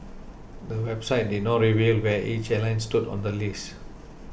the website did not reveal where each airline stood on the list